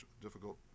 difficult